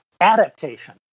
adaptation